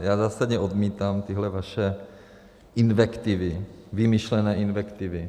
Já zásadně odmítám tyhle vaše invektivy, vymyšlené invektivy.